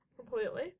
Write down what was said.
Completely